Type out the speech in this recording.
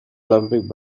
olympic